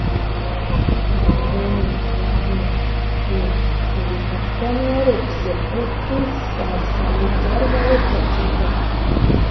बैंगनी यामी एक अविश्वसनीय रूप से पौष्टिक स्टार्च वाली जड़ वाली सब्जी है